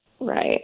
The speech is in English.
Right